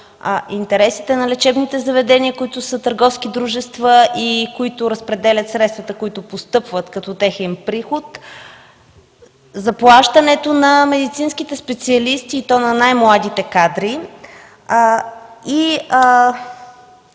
интересите на лечебните заведения, които са търговски дружества и разпределят средствата, които постъпват като техен приход, заплащането на медицинските специалисти – и то на най-младите кадри, и